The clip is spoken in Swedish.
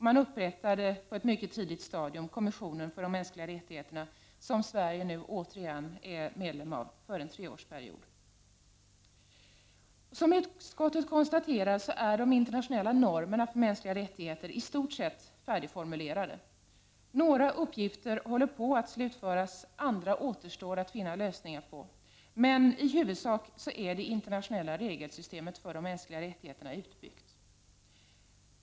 Man upprättade på ett mycket tidigt stadium kommissionen för de mänskliga rättigheterna, som Sverige nu återigen är medlem av för en treårsperiod. Som utskottet konstaterar är de internationella normerna för mänskliga rättigheter i stort sett färdigformulerade. Några uppgifter håller man på att slutföra, andra uppgifter återstår att finna lösningar på, men i huvudsak är det internationella regelsystemet för de mänskliga rättigheterna utbyggt.